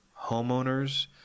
homeowners